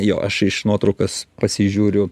jo aš iš nuotraukas pasižiūriu